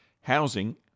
Housing